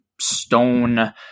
Stone